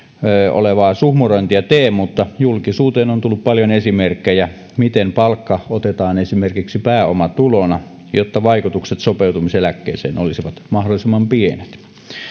olevaa suhmurointia tee mutta julkisuuteen on tullut paljon esimerkkejä miten palkka otetaan esimerkiksi pääomatulona jotta vaikutukset sopeutumiseläkkeeseen olisivat mahdollisimman pienet